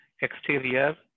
exterior